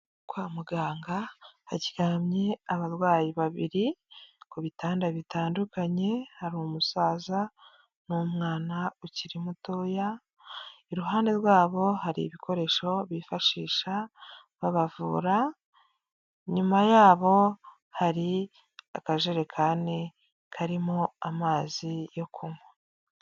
Kwa muganga haryamye abarwayi babiri, ku bitanda bitandukanye hari umusaza n'umwana ukiri mutoya. Iruhande rwabo hari ibikoresho bifashisha babavura, nyuma yabo hari akajerekani karimo amazi yo kunywa.